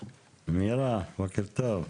מירה, בוקר טוב.